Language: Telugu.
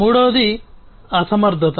మూడవది అసమర్థత